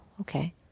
okay